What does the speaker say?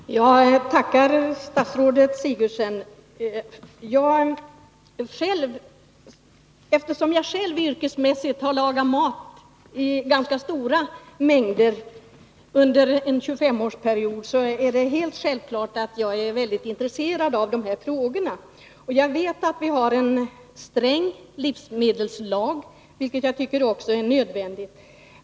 Herr talman! Jag tackar statsrådet Sigurdsen för hennes kompletterande inlägg. Eftersom jag själv under en tjugofemårsperiod yrkesmässigt har lagat mat i ganska stora mängder, är det självklart att jag är i hög grad intresserad av dessa frågor. Jag vet att vi har en sträng livsmedelslag, vilket också är nödvändigt.